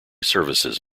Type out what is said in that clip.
services